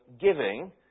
giving